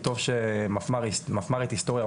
מפמ"רית היסטוריה,